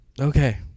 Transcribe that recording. Okay